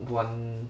one